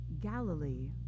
Galilee